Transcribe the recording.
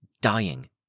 dying